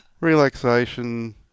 Relaxation